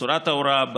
בצורת ההוראה,